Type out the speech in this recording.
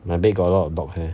my bed got a lot of dog hair